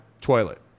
toilet